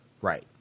right